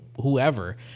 whoever